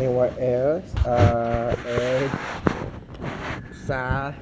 and what else err and sun